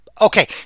Okay